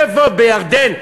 איפה, בירדן?